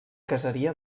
caseria